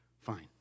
Fine